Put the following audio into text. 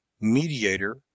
mediator